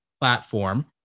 platform